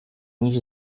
níž